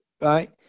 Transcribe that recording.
Right